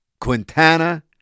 Quintana